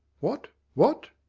what, what?